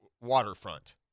waterfront